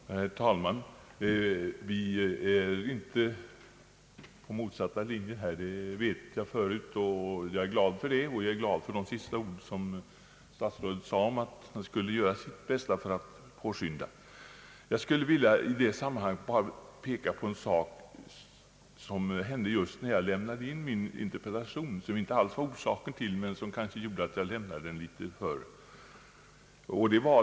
Herr talman! Vi är inte på motsatta linjer här, det vet jag förut, och jag är glad för det. Jag är också glad åt de sista orden i statsrådets anförande, nämligen att han ämnar göra sitt bästa för att påskynda ärendet. I sammanhanget vill jag peka på en sak som hände just när jag lämnade in min interpellation men som kanske inte var den huvudsakliga anledningen till att jag interpellerade.